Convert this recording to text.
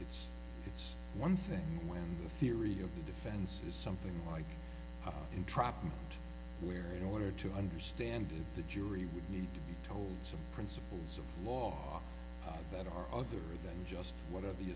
it's it's one thing when the theory of the defense is something like entrapment where in order to understand the jury would need to be told some principles of law that are other than just one of the